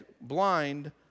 blind